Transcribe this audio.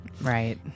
Right